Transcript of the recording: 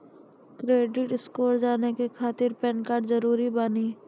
Credit score जाने के खातिर पैन कार्ड जरूरी बानी?